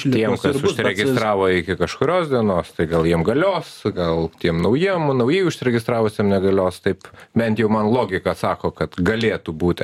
tiem kas užsiregistravo iki kažkurios dienos tai gal jiem galios gal tiem naujiem naujai užsiregistravusiem negalios taip bent jau man logika sako kad galėtų būti